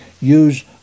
use